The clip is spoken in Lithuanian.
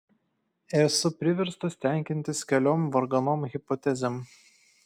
esu priverstas tenkintis keliom varganom hipotezėm